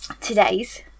today's